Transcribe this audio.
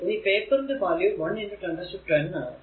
ഇനി പേപ്പർ ന്റെ വാല്യൂ 1 1010 ആണ്